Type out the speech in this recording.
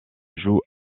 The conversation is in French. joue